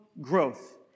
growth